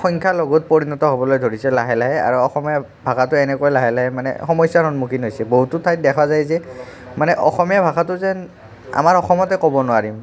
সংখ্যালঘূত পৰিণত হ'বলৈ ধৰিছে লাহে লাহে আৰু অসমীয়া ভাষাটো এনেকৈ লাহে লাহে মানে সমস্যাৰ সন্মুখীন হ'ব ধৰিছে বহুতো ঠাইত দেখা যায় যে মানে অসমীয়া ভাষাটো যেন আমাৰ অসমতে ক'ব নোৱাৰিম